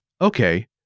Okay